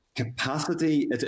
Capacity